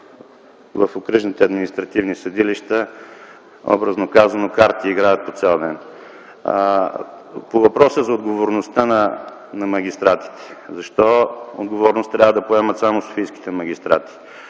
в окръжните административни съдилища, образно казано, играят карти по цял ден. По въпроса за отговорността на магистратите. Защо отговорност трябва да поемат само софийските магистрати?